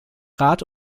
rat